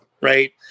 Right